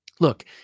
Look